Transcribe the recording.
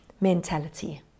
mentality